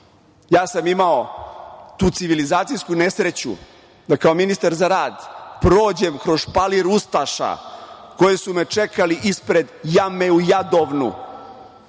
sam tu civilizacijsku nesreću da kao ministar za rad prođem kroz špalir ustaša koji su me čekali ispred jame u Jadovnu,